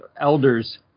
elders